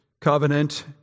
covenant